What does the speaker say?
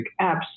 apps